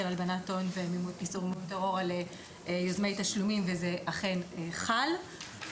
הלבנת הון ואיסור מימון טרור על יוזמי תשלומים ואכן זה חל.